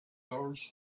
those